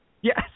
Yes